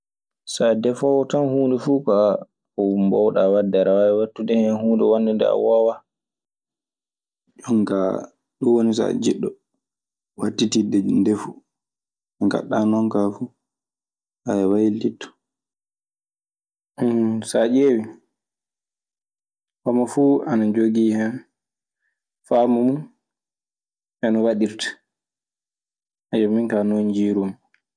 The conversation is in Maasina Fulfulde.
So a defoowo tan huunde fuu ko mboowɗaa waɗde, aɗa waawi waɗtude hen huunde wonde nde a woowaa. Jon kaa ɗun woni so a jiɗɗo waɗtitidde ɗi ndefu. Nde ngaɗɗaa non kaa fuu, waylititto. Saa ƴeewii, homo fuu ana jogii hen faamu mun e no waɗirta. Eyyo, min kaa non njiirumi.